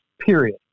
period